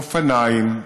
באופניים,